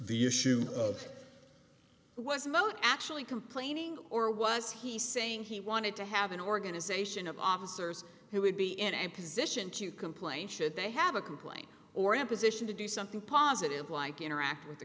the issue of was moat actually complaining or was he saying he wanted to have an organization of officers who would be in a position to complain should they have a complaint or an position to do something positive like interact with the